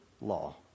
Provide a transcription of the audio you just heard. law